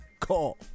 call